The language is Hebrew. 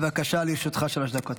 בבקשה, לרשותך שלוש דקות.